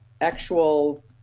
actual